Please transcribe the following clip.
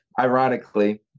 Ironically